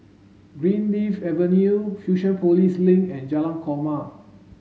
Greenleaf Avenue Fusionopolis Link and Jalan Korma